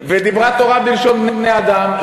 דיברה תורה בלשון בני-אדם.